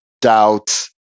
doubt